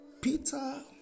Peter